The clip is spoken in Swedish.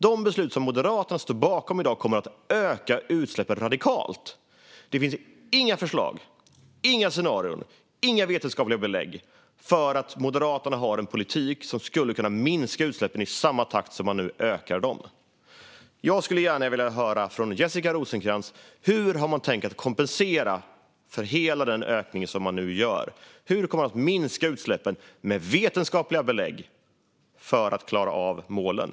De beslut som Moderaterna står bakom i dag kommer att öka utsläppen radikalt. Det finns inga förslag, scenarier eller vetenskapliga belägg som visar att Moderaterna har en politik som skulle kunna minska utsläppen i samma takt som man nu ökar dem. Jag skulle gärna vilja höra från Jessica Rosencrantz hur man har tänkt kompensera för hela den ökning som man nu gör. Hur kommer man - med vetenskapliga belägg - att minska utsläppen för att klara av målen?